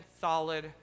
solid